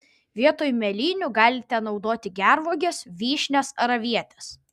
vietoj mėlynių galite naudoti gervuoges vyšnias ar avietes